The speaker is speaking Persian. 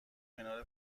کنار